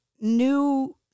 new